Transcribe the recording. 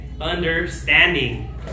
understanding